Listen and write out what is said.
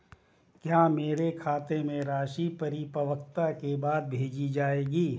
क्या मेरे खाते में राशि परिपक्वता के बाद भेजी जाएगी?